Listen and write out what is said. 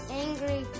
angry